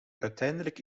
uiteindelijk